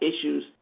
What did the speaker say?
issues